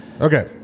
Okay